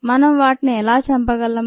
మనం ఎలా వాటిని చంపగలం